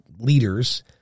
leaders